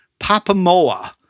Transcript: Papamoa